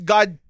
God